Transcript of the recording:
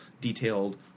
detailed